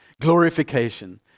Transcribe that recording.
glorification